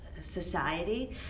society